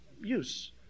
use